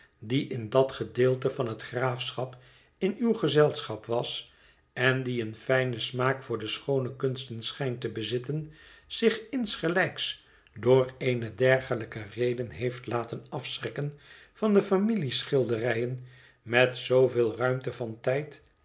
die in dat gedeelte van het graafschap in uw gezelschap was en die een fijnen smaak voor de schoone kunsten schijnt te bezitten zich insgelijks door eene dergelijke reden heeft laten afschrikken van de familieschilderijen met zooveel ruimte van tijd